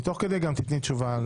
ותוך כדי תתני תשובה.